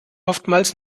oftmals